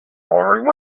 already